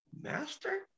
Master